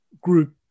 group